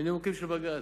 מנימוקים של בג"ץ,